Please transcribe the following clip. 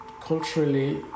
Culturally